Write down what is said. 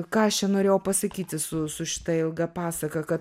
ką aš čia norėjau pasakyti su su šita ilga pasaka kad